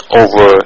over